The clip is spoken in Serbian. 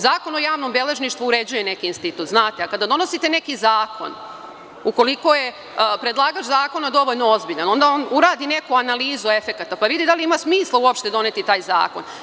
Zakon o javnom beležništvu uređuje neki institut, a kada donosite neki zakon, ukoliko je predlagač zakona dovoljno ozbiljan, onda on uradi neku analizu efekata, pa vidi da li ima smisla uopšte doneti taj zakon.